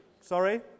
Sorry